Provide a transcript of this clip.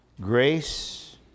grace